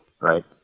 right